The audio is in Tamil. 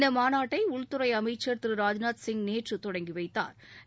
இந்த மாநாட்டை உள்துறை அமைச்சர் திரு ராஜ்நாத் சிங் நேற்று தொடங்கி வைத்தாா்